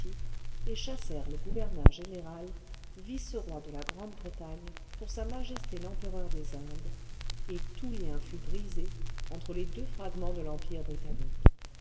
et chassèrent le gouverneur général viceroi de la grande-bretagne pour s m l'empereur des indes et tout lien fut brisé entre les deux fragments de l'empire britannique